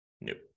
nope